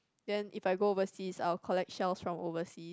then if I go overseas I will collect shells from oversea